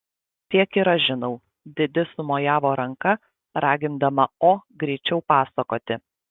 tiek ir aš žinau didi sumojavo ranka ragindama o greičiau pasakoti